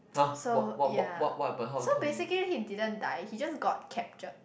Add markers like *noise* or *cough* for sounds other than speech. *noise* so yea so basically he didn't die he just got captured